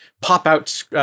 pop-out